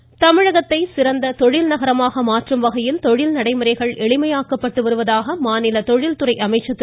சம்பத் தமிழகத்தை சிறந்த தொழில் நகரமாக மாற்றும் வகையில் தொழில் நடைமுறைகள் எளிமையாக்கப்பட்டு வருவதாக மாநில தொழில் துறை அமைச்சர் திரு